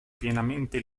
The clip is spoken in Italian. pienamente